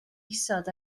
isod